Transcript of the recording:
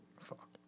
Fuck